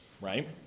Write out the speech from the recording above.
right